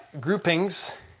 groupings